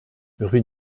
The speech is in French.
rue